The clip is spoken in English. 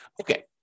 Okay